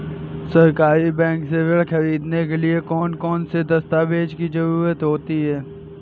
सहकारी बैंक से ऋण ख़रीदने के लिए कौन कौन से दस्तावेजों की ज़रुरत होती है?